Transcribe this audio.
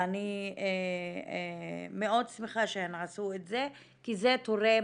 ואני מאוד שמחה שהן עשו את זה כי זה תורם